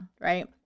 right